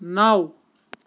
نَو